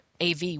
AV